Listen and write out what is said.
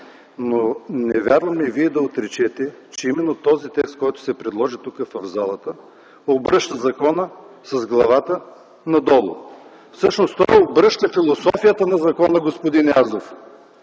Но не вярвам и Вие да отречете, че именно текстът, който се предложи тук, в залата, обръща закона с главата надолу. Всъщност той обръща философията на закона, господин Язов!